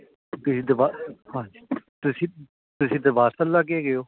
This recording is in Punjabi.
ਓਕੇ ਹਾਂਜੀ ਤੁਸੀਂ ਤੁਸੀਂ ਦਰਬਾਰ ਸਾਹਿਬ ਲਾਗੇ ਹੈਗੇ ਹੋ